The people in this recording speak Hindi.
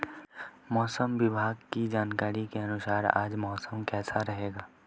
मौसम विभाग की जानकारी के अनुसार आज मौसम कैसा रहेगा?